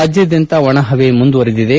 ರಾಜ್ಞಾದ್ಯಂತ ಒಣ ಹವೆ ಮುಂದುವರಿದಿದೆ